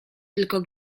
tylko